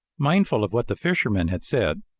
mindful of what the fisherman had said,